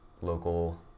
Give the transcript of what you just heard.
local